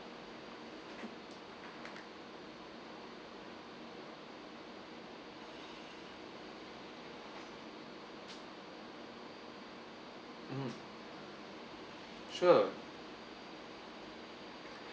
mm sure